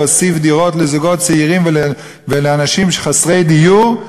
להוסיף דירות לזוגות צעירים ולאנשים חסרי דיור,